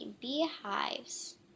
beehives